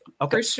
Okay